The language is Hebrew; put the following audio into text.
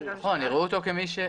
נכון, יראו אותו כמי שנתן אישור.